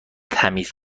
تمیز